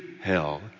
hell